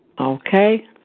Okay